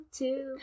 two